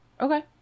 Okay